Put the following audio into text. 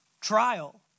trial